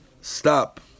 stop